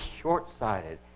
short-sighted